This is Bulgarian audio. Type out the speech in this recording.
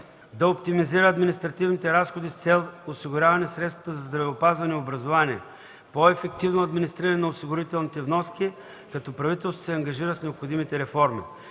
да оптимизира административните разходи с цел осигуряване средства за здравеопазване и образование, по-ефективно администриране на осигурителните вноски, като правителството се ангажира с необходимите реформи.